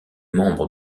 membre